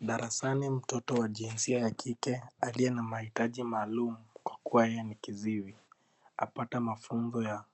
Darasani mtoto wa jinsia ya kike, aliye na mahitaji maalum, kwa kuwa yeye ni kiziwi, apata mafunzo ya